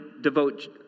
devote